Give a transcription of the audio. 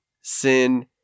sin